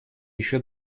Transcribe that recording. еще